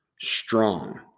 strong